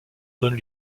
donne